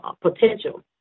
potential